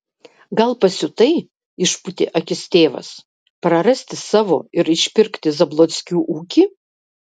gal pasiutai išpūtė akis tėvas prarasti savo ir išpirkti zablockių ūkį